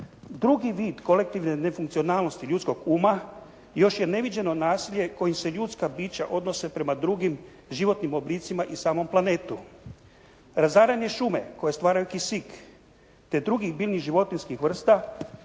Drugi vid kolektivne nefunkcionalnosti ljudskog uma još je neviđeno nasilje kojim se ljudska bića odnose prema drugim životnim oblicima i samom planetu. Razaranje šume koje stvaraju kisik, te drugih biljnih, životinjskih vrsta,